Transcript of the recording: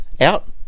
out